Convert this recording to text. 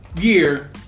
year